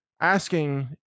asking